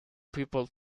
people